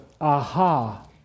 aha